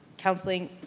counseling,